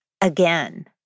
again